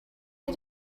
did